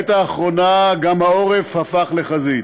ואילו בעת האחרונה גם העורף הפך לחזית.